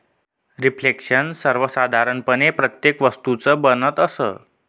reflection सर्वसाधारणपणे प्रत्येक वस्तूचं बनत असतं